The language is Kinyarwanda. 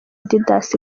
didas